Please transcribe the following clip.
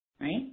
right